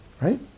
right